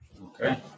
okay